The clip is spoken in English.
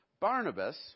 Barnabas